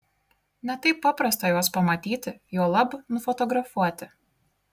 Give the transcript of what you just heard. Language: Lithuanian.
ne taip paprasta juos pamatyti juolab nufotografuoti